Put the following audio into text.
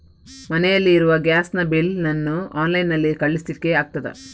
ಮನೆಯಲ್ಲಿ ಇರುವ ಗ್ಯಾಸ್ ನ ಬಿಲ್ ನ್ನು ಆನ್ಲೈನ್ ನಲ್ಲಿ ಕಳಿಸ್ಲಿಕ್ಕೆ ಆಗ್ತದಾ?